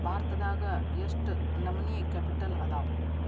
ಭಾರತದಾಗ ಯೆಷ್ಟ್ ನಮನಿ ಕ್ಯಾಪಿಟಲ್ ಅದಾವು?